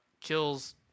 kills